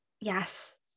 yes